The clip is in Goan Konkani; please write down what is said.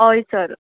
हय सर